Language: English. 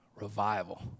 revival